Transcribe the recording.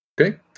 Okay